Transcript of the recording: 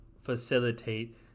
facilitate